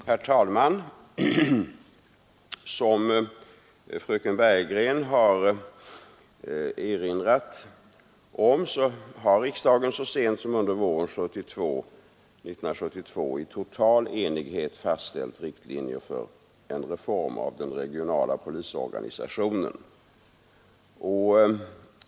Herr talman! Som fröken Bergegren erinrat om har riksdagen så sent som under våren 1972 i total enighet fastställt riktlinjer för en reform av den regionala polisorganisationen.